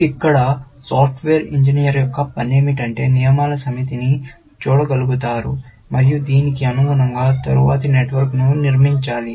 ఇక్కడ software engineer యొక్క పని ఏమిటంటే నియమాల సమితిని చూడగలుగుతారు మరియు దీనికి అనుగుణంగా తరువాతి నెట్వర్క్ను నిర్మించాలి